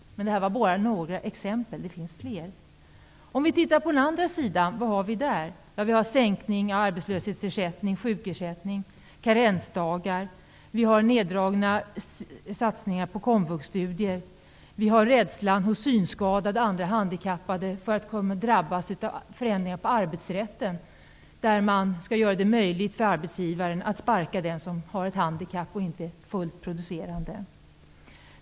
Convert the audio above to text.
Detta var bara några exempel. Det finns fler. Vad har vi på den andra sidan? Jo, sänkning av arbetslöshetsersättning och sjukersättning, karensdagar. Vi har neddragningar på komvuxstudier. Vi har rädslan hos synskadade och andra handikappade för att drabbas av förändringar på arbetsrättens område, där man skall göra det möjligt för arbetsgivaren att sparka den som har ett handikapp och inte är fullt producerande.